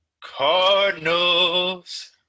Cardinals